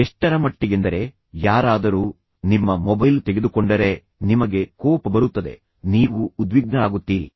ಎಷ್ಟರಮಟ್ಟಿಗೆಂದರೆ ಯಾರಾದರೂ ನಿಮ್ಮ ಮೊಬೈಲ್ ತೆಗೆದುಕೊಂಡರೆ ನಿಮಗೆ ಕೋಪ ಬರುತ್ತದೆ ನೀವು ಉದ್ವಿಗ್ನರಾಗುತ್ತೀರಿ